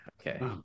Okay